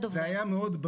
סיימתי.